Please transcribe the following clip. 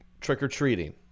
Trick-or-treating